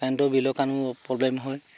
কাৰেণ্টৰ বিলৰ কাৰণেও প্ৰব্লেম হয়